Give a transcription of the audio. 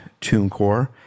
TuneCore